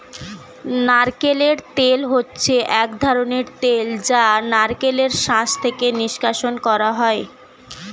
নারকেল তেল হচ্ছে এক ধরনের তেল যা নারকেলের শাঁস থেকে নিষ্কাশণ করা হয়